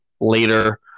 later